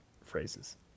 phrases